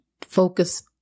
focus